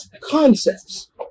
concepts